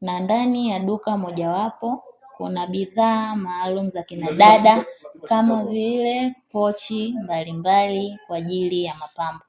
na ndani ya duka mojawapo kuna bidhaa maalumu za kina dada kama vile pochi mbalimbali kwa ajili ya mapambo.